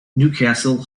newcastle